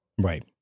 Right